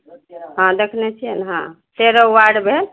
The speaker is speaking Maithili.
हँ देखने छियै न हँ तेरह वार्ड भेल